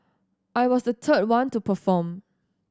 I was the third one to perform